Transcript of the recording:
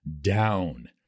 down